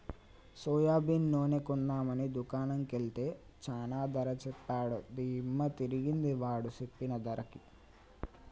soybean నూనె కొందాం అని దుకాణం కెల్తే చానా ధర సెప్పాడు దిమ్మ దిరిగింది వాడు సెప్పిన ధరకి